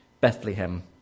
Bethlehem